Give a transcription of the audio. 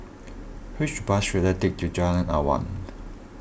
which bus should I take to Jalan Awang